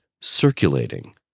circulating